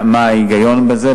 מה ההיגיון בזה?